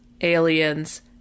aliens